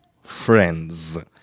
friends